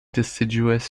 deciduous